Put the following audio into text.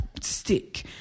stick